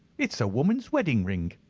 it's a woman's wedding-ring.